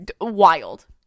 Wild